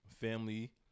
family